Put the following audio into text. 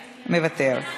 מוותר,